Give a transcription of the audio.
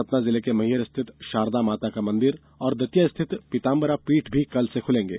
सतना जिले के मैहर स्थित शारदा माता का मंदिर और दतिया स्थित पीतांबरा पीठ भी कल से खुलेंगे